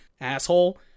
asshole